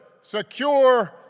secure